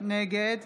נגד